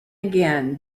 again